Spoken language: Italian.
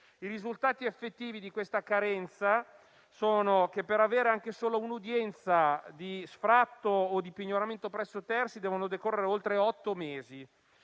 I risultati effettivi di questa carenza sono che, per avere anche solo un'udienza di sfratto o di pignoramento presso terzi, devono decorrere oltre otto mesi.